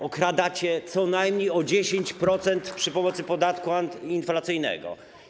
Okradacie co najmniej o 10% za pomocą podatku inflacyjnego.